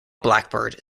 blackbird